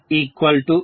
44fnumber of turns